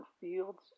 fields